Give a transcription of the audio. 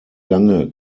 lange